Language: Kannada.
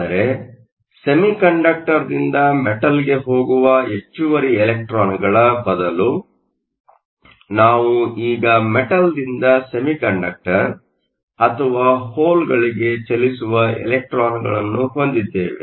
ಆದರೆ ಸೆಮಿಕಂಡಕ್ಟರ್ದಿಂದ ಮೆಟಲ್ಗೆ ಹೋಗುವ ಹೆಚ್ಚುವರಿ ಇಲೆಕ್ಟ್ರಾನ್ಗಳ ಬದಲು ನಾವು ಈಗ ಮೆಟಲ್ದಿಂದ ಸೆಮಿಕಂಡಕ್ಟರ್ ಅಥವಾ ಹೋಲ್ಗಳಿಗೆ ಚಲಿಸುವ ಇಲೆಕ್ಟ್ರಾನ್ಗಳನ್ನು ಹೊಂದಿದ್ದೇವೆ